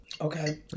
Okay